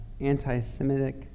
anti-Semitic